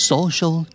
Social